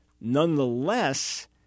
Nonetheless